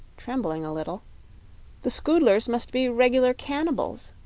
trembling a little the scoodlers must be reg'lar cannibals.